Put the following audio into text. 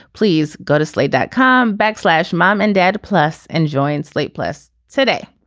please go to slate dot com backslash mom and dad plus and join slate plus today.